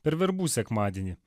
per verbų sekmadienį